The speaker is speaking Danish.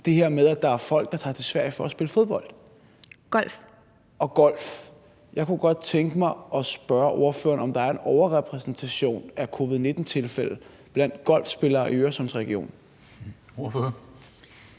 det her med, at der er folk, der tager til Sverige for at spille fodbold og golf. Jeg kunne godt tænke mig at spørge ordføreren, om der er en overrepræsentation af covid-19-tilfælde blandt golfspillere i Øresundsregionen.